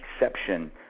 exception